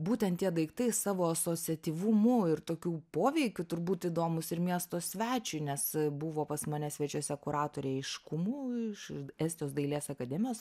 būtent tie daiktai savo asociatyvumu ir tokiu poveikiu turbūt įdomūs ir miesto svečiui nes buvo pas mane svečiuose kuratoriai iš kumu iš estijos dailės akademijos